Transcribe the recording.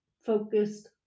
focused